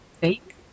fake